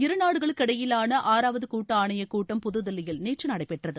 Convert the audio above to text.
இருநாடுகளுக்குமிடையிலான ஆறாவது கூட்டு ஆணையக் கூட்டம் புதுதில்லியில் நேற்று நடைபெற்றது